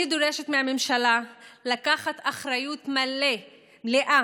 אני דורשת מהממשלה לקחת אחריות מלאה